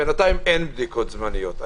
בינתיים אין בדיקות זמניות.